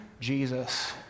Jesus